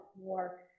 more